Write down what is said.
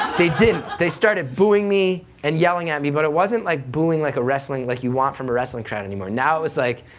they didn't. they started booing me, and yelling at me, but it wasn't like booing like a wrestling, like you want from a wrestling crowd anymore, now it was like,